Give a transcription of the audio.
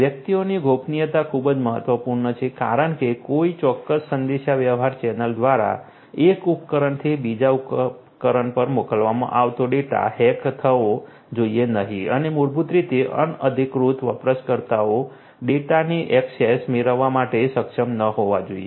વ્યક્તિઓની ગોપનીયતા ખૂબ જ મહત્વપૂર્ણ છે કારણ કે કોઈ ચોક્કસ સંદેશાવ્યવહાર ચેનલ દ્વારા એક ઉપકરણથી બીજા ઉપકરણ પર મોકલવામાં આવતો ડેટા હેક થવો જોઈએ નહીં અને મૂળભૂત રીતે અનધિકૃત વપરાશકર્તાઓ ડેટાની ઍક્સેસ મેળવવા માટે સક્ષમ ન હોવા જોઈએ